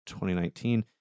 2019